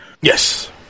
Yes